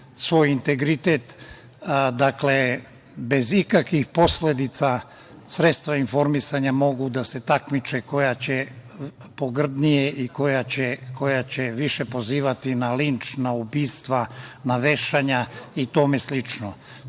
svoj integritet. Dakle, bez ikakvih posledica sredstva informisanja mogu da se takmiče koja će pogrdnije i koja će više pozivati na linč, na ubistvo, na vešanje i tome slično.